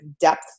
depth